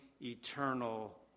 eternal